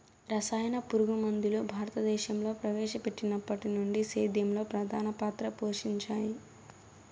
రసాయన పురుగుమందులు భారతదేశంలో ప్రవేశపెట్టినప్పటి నుండి సేద్యంలో ప్రధాన పాత్ర పోషించాయి